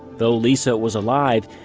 though lisa was alive,